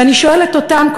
ואני שואלת אותם,